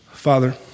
Father